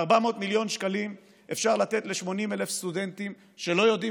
ב-400 מיליון שקלים אפשר לתת ל-80,000 סטודנטים שלא יודעים